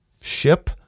ship